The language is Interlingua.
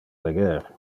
leger